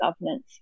governance